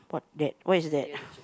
what that what is that